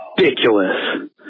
ridiculous